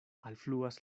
alfluas